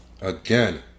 again